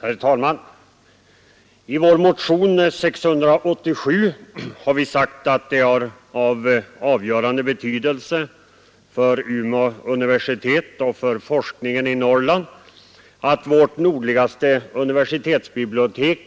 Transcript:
Herr talman! I vår motion nr 687 har vi sagt att det är av avgörande betydelse för Umeå universitet och för forskningen i Norrland att vårt nordligaste universitetsbibliotek